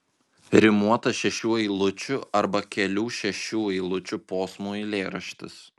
rimuotas šešių eilučių arba kelių šešių eilučių posmų eilėraštis